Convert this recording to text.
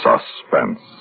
Suspense